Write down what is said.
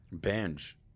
Binge